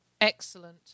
Excellent